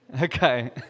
Okay